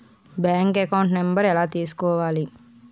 Bank account number ఎలా తీసుకోవాలి?